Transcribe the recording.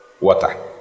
water